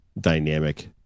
dynamic